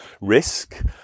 risk